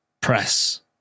press